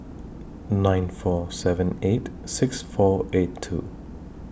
nine four seven eight six four eight two